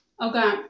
Okay